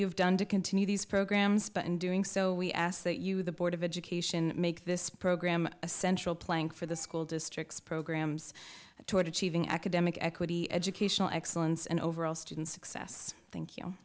you've done to continue these programs but in doing so we ask that you the board of education make this program a central plank for the school districts programs toward achieving academic equity educational excellence and overall student success thank you